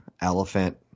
elephant